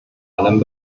allen